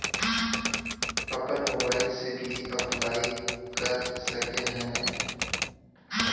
अपन मोबाईल से भी अप्लाई कर सके है नय?